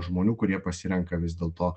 žmonių kurie pasirenka vis dėlto